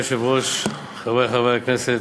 אדוני היושב-ראש, תודה, חברי חברי הכנסת,